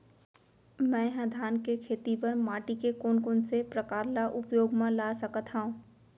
मै ह धान के खेती बर माटी के कोन कोन से प्रकार ला उपयोग मा ला सकत हव?